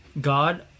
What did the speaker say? God